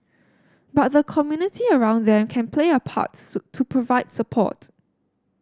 but the community around them can play a parts to provide support